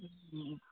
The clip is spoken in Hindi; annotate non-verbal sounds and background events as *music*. *unintelligible*